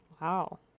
Wow